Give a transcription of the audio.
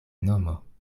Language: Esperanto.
nomo